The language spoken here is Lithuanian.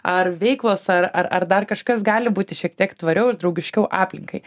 ar veiklos ar ar dar kažkas gali būti šiek tiek tvariau ir draugiškiau aplinkai